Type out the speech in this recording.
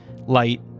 Light